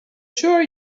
sure